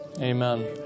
Amen